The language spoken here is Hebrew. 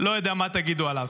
לא יודע מה תגידו עליו.